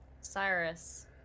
cyrus